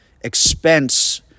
expense